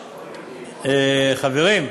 חברים,